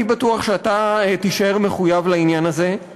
אני בטוח שאתה תישאר מחויב לעניין הזה,